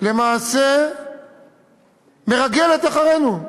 למעשה מרגלת אחרינו,